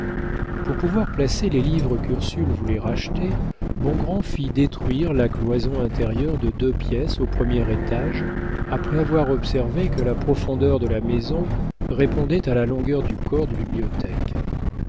pour pouvoir placer les livres qu'ursule voulait racheter bongrand fit détruire la cloison intérieure de deux pièces au premier étage après avoir observé que la profondeur de la maison répondait à la longueur du corps de bibliothèque